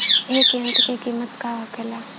ए यंत्र का कीमत का होखेला?